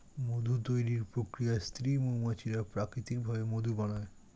মধু তৈরির প্রক্রিয়ায় স্ত্রী মৌমাছিরা প্রাকৃতিক ভাবে মধু বানায়